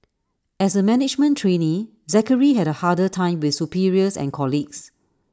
as A management trainee Zachary had A harder time with superiors and colleagues